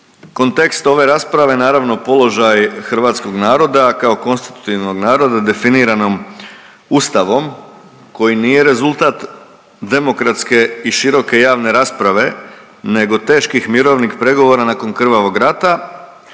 kontekst ove rasprave, naravno, položaj hrvatskog naroda kao konstitutivnog naroda definiranom Ustavom koji nije rezultat demokratske i široke javne rasprave, nego teških mirovnih pregovora nakon krvavog rata